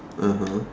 (uh huh)